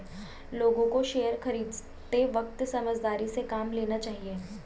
लोगों को शेयर खरीदते वक्त समझदारी से काम लेना चाहिए